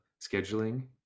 scheduling